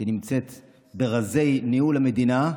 שנמצאת ברזי ניהול המדינה,